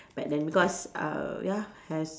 back then because uh ya has